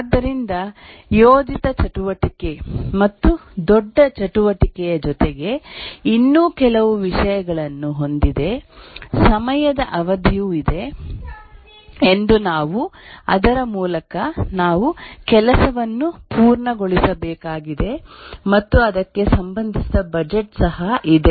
ಆದ್ದರಿಂದ ಯೋಜಿತ ಚಟುವಟಿಕೆ ಮತ್ತು ದೊಡ್ಡ ಚಟುವಟಿಕೆಯ ಜೊತೆಗೆ ಇನ್ನೂ ಕೆಲವು ವಿಷಯಗಳನ್ನು ಹೊಂದಿದೇ ಸಮಯದ ಅವಧಿಯು ಇದೆ ಎಂದು ನಾವು ಅದರ ಮೂಲಕ ನಾವು ಕೆಲಸವನ್ನು ಪೂರ್ಣಗೊಳಿಸಬೇಕಾಗಿದೆ ಮತ್ತು ಅದಕ್ಕೆ ಸಂಬಂಧಿಸಿದ ಬಜೆಟ್ ಸಹ ಇದೆ